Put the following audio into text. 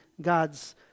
God's